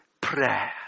prayer